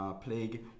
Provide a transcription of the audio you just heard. Plague